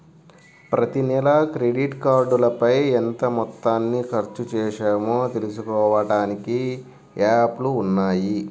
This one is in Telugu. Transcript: ప్రతినెలా క్రెడిట్ కార్డుపైన ఎంత మొత్తాన్ని ఖర్చుచేశామో తెలుసుకోడానికి యాప్లు ఉన్నయ్యి